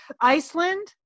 Iceland